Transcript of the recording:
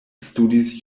studis